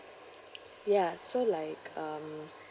ya so like um